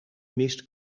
mist